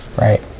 Right